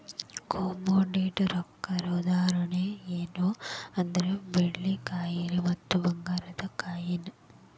commodity ರೊಕ್ಕಕ್ಕ ಉದಾಹರಣಿ ಯೆನ್ಪಾ ಅಂದ್ರ ಬೆಳ್ಳಿ ಕಾಯಿನ್ ಮತ್ತ ಭಂಗಾರದ್ ಕಾಯಿನ್